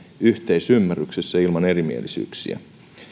yhteisymmärryksessä ilman erimielisyyksiä